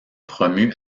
promue